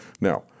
Now